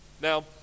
Now